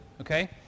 okay